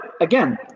again